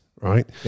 right